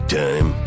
time